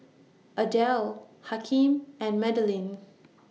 Adelle Hakeem and Madalyn